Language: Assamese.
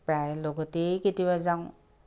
প্ৰায় লগতেই কেতিয়াবা যাওঁ